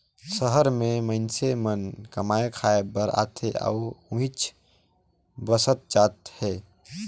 सहर में मईनसे मन कमाए खाये बर आथे अउ उहींच बसत जात हें